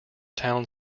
town